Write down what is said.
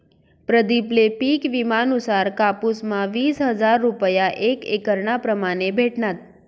प्रदीप ले पिक विमा नुसार कापुस म्हा वीस हजार रूपया एक एकरना प्रमाणे भेटनात